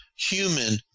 human